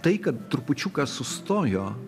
tai kad trupučiuką sustojo